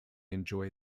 enjoy